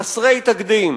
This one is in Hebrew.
חסרי תקדים.